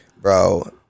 Bro